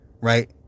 right